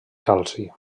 calci